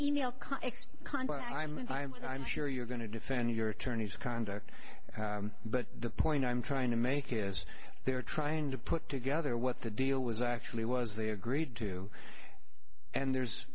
am and i'm i'm sure you're going to defend your attorney's conduct but the point i'm trying to make is they're trying to put together what the deal was actually was they agreed to and there's